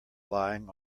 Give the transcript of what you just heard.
lying